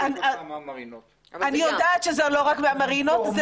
זה לא רק כתוצאה מהמרינות.